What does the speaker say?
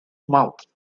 mouths